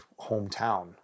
hometown